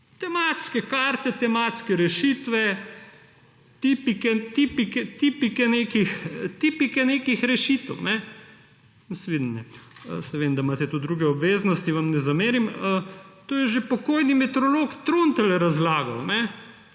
Tematske karte, tematske rešitve, tipike nekih rešitev … Nasvidenje, saj vem, da imate tudi druge obveznosti, vam ne zamerim. To je že pokojni meteorolog Trontelj razlagal,